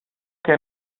que